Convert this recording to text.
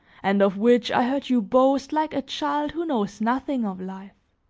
and of which i heard you boast like a child who knows nothing of life.